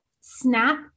snap